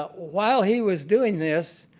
ah while he was doing this,